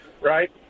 right